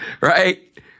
right